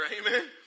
Amen